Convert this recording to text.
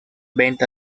venta